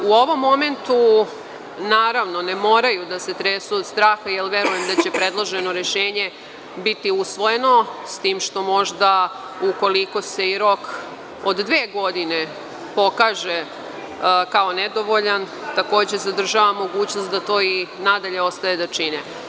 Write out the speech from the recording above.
U ovom momentu, naravno, ne moraju da se tresu od straha, jer veruju da će predloženo rešenje biti usvojeno, s tim što možda, ukoliko se rok od dve godine pokaže kao nedovoljan, takođe zadržava mogućnost da to i nadalje ostaje da čine.